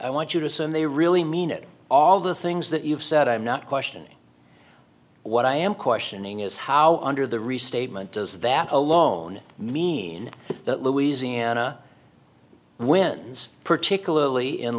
i want you to assume they really mean it all the things that you've said i'm not questioning what i am questioning is how under the restatement does that alone mean that louisiana wins particularly in